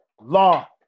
Law